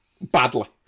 Badly